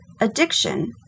addiction